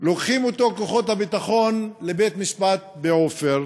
לוקחים אותו כוחות הביטחון לבית-משפט ב"עופר",